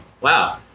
Wow